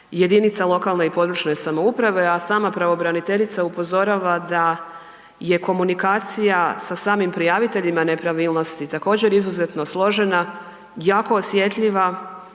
jedinica lokalne i područne samouprave, a sama pravobraniteljica upozorava da je komunikacija sa samim prijaviteljima nepravilnosti također izuzetno složena, jako osjetljiva